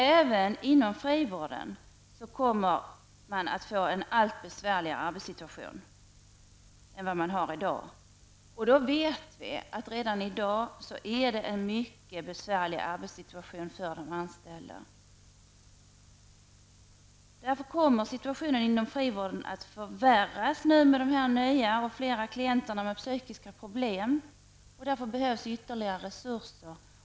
Även inom frivården kommer man att få en allt besvärligare arbetssituation jämfört med i dag. Då vet vi att arbetssituationen redan i dag är mycket besvärlig för de anställda. Därför kommer situationen inom frivården nu att förvärras med fler klienter med psykiska problem. Därför behövs ytterligare resurser.